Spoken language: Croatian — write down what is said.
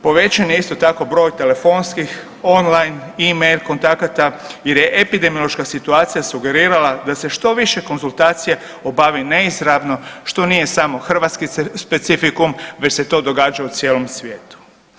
Povećan je isto tako broj telefonskih, online, e-mail kontakata jer je epidemiološka situacija sugerirala da se što više konzultacija obavi neizravno što nije samo hrvatski specifikum već se to događa u cijelom svijetu.